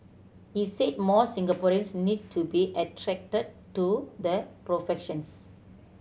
he said more Singaporeans need to be attracted to the professions